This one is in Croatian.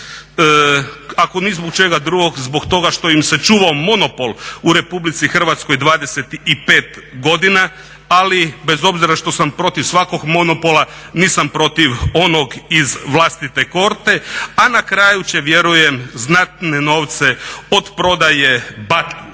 Ako ni zbog čega drugog zbog toga što im se čuvao monopol u Republici Hrvatskoj 25 godina. Ali bez obzira što sam protiv svakog monopola nisam protiv onog iz vlastite …/Govornik se ne razumije./…. A na kraju će vjerujem znatne novce od prodaje